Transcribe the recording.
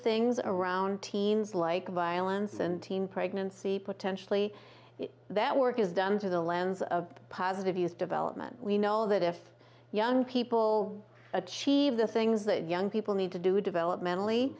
things around teens like violence and teen pregnancy potentially that work is done to the lens of positive use development we know that if young people achieve the things that young people need to do developmentally